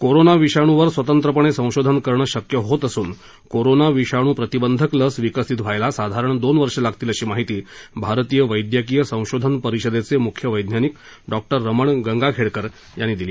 corona विषाणू वर स्वतंत्रपणे संशोधन करणं शक्य होत असून कोरोना विषाणू प्रतिबंधक लस विकसित व्हायला साधारण दोन वर्ष लागतील अशी माहिती भारतीय वैद्यकीय संशोधन परिषदेचे मुख्य वैज्ञानिक डॉक्पर रमण गंगाखेडकर यांनी दिली